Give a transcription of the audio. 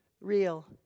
Real